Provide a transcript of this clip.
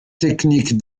technique